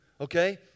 okay